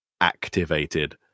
activated